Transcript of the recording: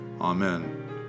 Amen